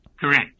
Correct